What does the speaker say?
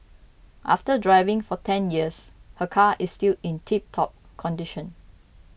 after driving for ten years her car is still in tiptop condition